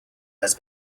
has